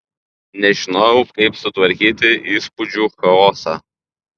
nežinojau kaip sutvarkyti įspūdžių chaosą